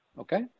Okay